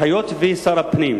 היות ששר הפנים,